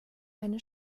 eine